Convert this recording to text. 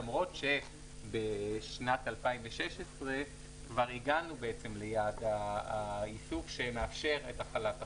למרות שבשנת 2016 כבר הגענו בעצם ליעד האיסוף שמאפשר את החלת החוק.